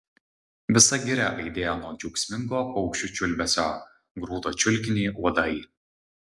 visa giria aidėjo nuo džiaugsmingo paukščių čiulbesio grūdo čiulkinį uodai